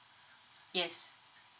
yes